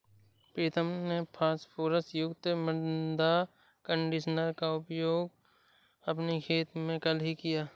प्रीतम ने फास्फोरस युक्त मृदा कंडीशनर का प्रयोग अपने खेत में कल ही किया